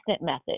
method